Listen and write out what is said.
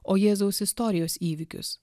o jėzaus istorijos įvykius